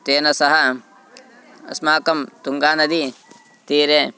तेन सः अस्माकं तुङ्गानदीतीरे